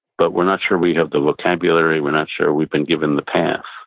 but we're not sure we have the vocabulary, we're not sure we've been given the path.